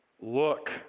Look